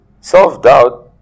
self-doubt